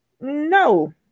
No